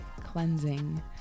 cleansing